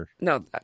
No